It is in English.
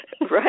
Right